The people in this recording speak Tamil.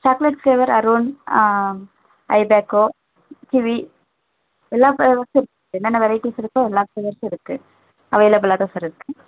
சாக்லேட் ஃப்ளேவர் அருண் ஐபேக்கோ கிவி எல்லா ஃப்ளேவர்ஸும் இருக்குது என்னென்ன வெரைட்டிஸ் இருக்கோ எல்லா ஃப்ளேவர்ஸும் இருக்குது அவைலபுளாக தான் சார் இருக்குது